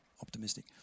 optimistic